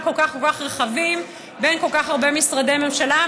כל כך רחבים בין כל כך הרבה משרדי ממשלה,